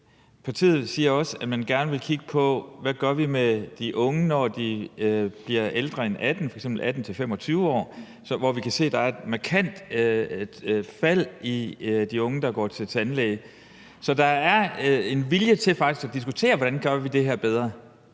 man siger også, at man gerne vil kigge på, hvad vi gør med de unge, når de bliver ældre end 18 år, f.eks. 18-25 år, hvor vi kan se, at der er et markant fald i antallet af unge, der går til tandlæge. Så der er faktisk en vilje til at diskutere, hvordan vi gør det her bedre.